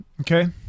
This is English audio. Okay